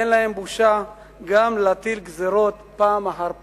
אין להן בושה גם להטיל גזירות פעם אחר פעם,